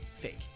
Fake